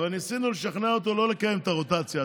אבל ניסינו לשכנע אותו לא לקיים את הרוטציה,